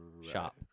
shop